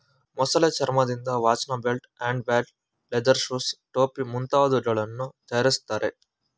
ಮೊಸಳೆ ಚರ್ಮದಿಂದ ವಾಚ್ನ belt, handbag, leather shoes, ಟೋಪಿ ಮುಂತಾದವುಗಳನ್ನು ತರಯಾರಿಸ್ತರೆ